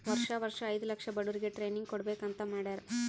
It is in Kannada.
ವರ್ಷಾ ವರ್ಷಾ ಐಯ್ದ ಲಕ್ಷ ಬಡುರಿಗ್ ಟ್ರೈನಿಂಗ್ ಕೊಡ್ಬೇಕ್ ಅಂತ್ ಮಾಡ್ಯಾರ್